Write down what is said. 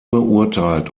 beurteilt